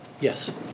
Yes